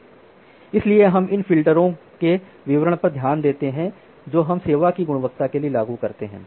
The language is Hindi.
इसलिए हम इन फ़िल्टरों के विवरण पर ध्यान देते हैं जो हम सेवा की गुणवत्ता के लिए लागू करते हैं